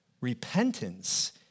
Repentance